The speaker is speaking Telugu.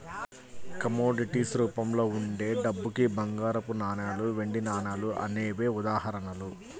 కమోడిటీస్ రూపంలో ఉండే డబ్బుకి బంగారపు నాణాలు, వెండి నాణాలు అనేవే ఉదాహరణలు